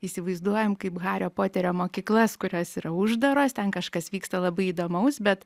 įsivaizduojam kaip hario poterio mokyklas kurios yra uždaros ten kažkas vyksta labai įdomaus bet